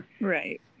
Right